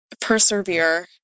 persevere